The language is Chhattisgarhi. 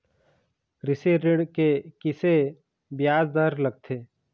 कृषि ऋण के किसे ब्याज दर लगथे?